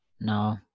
No